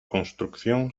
construcción